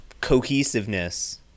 cohesiveness